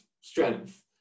strength